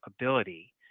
ability